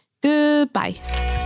Goodbye